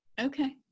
Okay